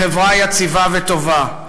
לחברה יציבה וטובה.